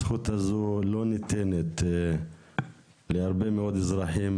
הזכות הזו לא ניתנת להרבה מאוד אזרחים